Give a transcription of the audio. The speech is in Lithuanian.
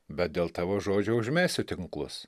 bet dėl tavo žodžio užmesiu tinklus